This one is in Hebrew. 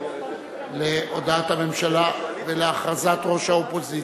להודעת הממשלה ולהכרזת ראש האופוזיציה.